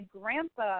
grandpa